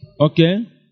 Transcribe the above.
Okay